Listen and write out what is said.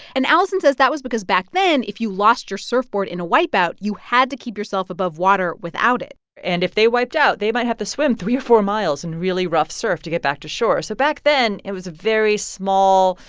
and allison says that was because back then, if you lost your surfboard in a wipeout, you had to keep yourself above water without it and if they wiped out, they might have to swim three or four miles in really rough surf to get back to shore. so back then, it was a very small,